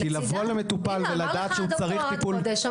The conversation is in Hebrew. כי לבוא למטופל ולדעת שהוא צריך טיפול --- נכון.